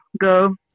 go